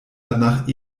danach